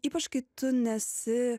ypač kai tu nesi